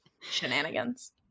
shenanigans